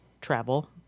travel